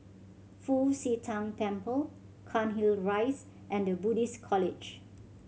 Fu Xi Tang Temple Cairnhill Rise and The Buddhist College